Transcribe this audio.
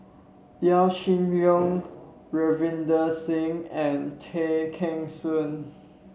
Yaw Shin Leong Ravinder Singh and Tay Kheng Soon